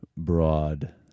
broad